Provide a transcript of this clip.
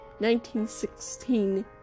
1916